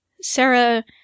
Sarah